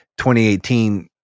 2018